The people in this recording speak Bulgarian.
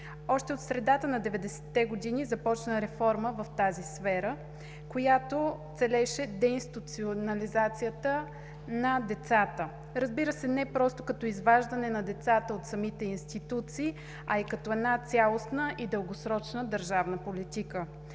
Още от средата на 90-те години започна реформа в тази сфера, която целеше деинституционализацията на децата. Разбира се, не просто като изваждане на децата от самите институции, а като една цялостна и дългосрочна държавна политика.